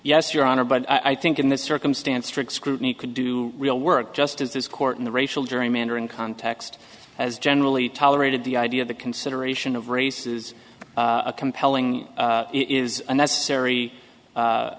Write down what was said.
yes your honor but i think in this circumstance strict scrutiny could do real work just as this court in the racial gerrymandering context has generally tolerated the idea of the consideration of race is a compelling it is a necessary